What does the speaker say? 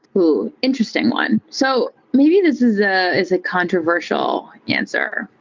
ooh! interesting one. so maybe this is ah is a controversial answer,